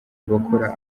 abakora